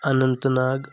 Anant Nag